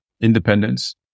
independence